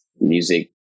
music